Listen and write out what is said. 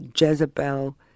Jezebel